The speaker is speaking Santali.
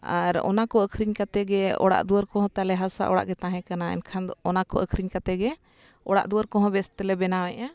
ᱟᱨ ᱚᱱᱟ ᱠᱚ ᱟᱹᱠᱷᱨᱤᱧ ᱠᱟᱛᱮᱫ ᱜᱮ ᱚᱲᱟᱜ ᱫᱩᱣᱟᱹᱨ ᱠᱚᱦᱚᱸ ᱛᱟᱞᱮ ᱦᱟᱥᱟ ᱚᱲᱟᱜ ᱜᱮ ᱛᱟᱦᱮᱸ ᱠᱟᱱᱟ ᱮᱱᱠᱷᱟᱱ ᱫᱚ ᱚᱱᱟ ᱠᱚ ᱟᱹᱠᱷᱨᱤᱧ ᱠᱟᱛᱮ ᱜᱮ ᱚᱲᱟᱜ ᱫᱩᱣᱟᱹᱨ ᱠᱚᱦᱚᱸ ᱵᱮᱥ ᱛᱮᱞᱮ ᱵᱮᱱᱟᱣᱮᱜᱼᱟ